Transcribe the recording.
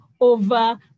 over